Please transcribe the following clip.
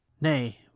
nay